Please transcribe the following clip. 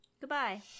goodbye